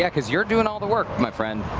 yeah because you're doing all the work, my friend.